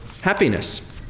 happiness